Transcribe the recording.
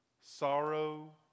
sorrow